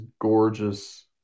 gorgeous